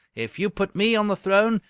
if you put me on the throne,